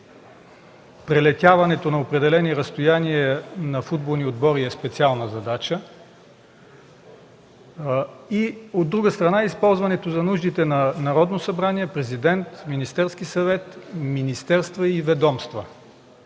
прелитането на определени разстояния на футболни отбори е специална задача, и, от друга страна, за използването на нуждите на Народното събрание, Президента, Министерския съвет, министерства и ведомства.